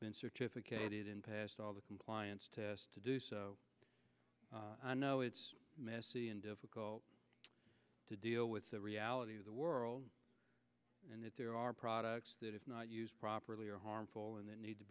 been certificate in past all the compliance tests to do so i know it's messy and difficult to deal with the reality of the world and that there are products that if not used properly are harmful and they need to